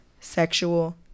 sexual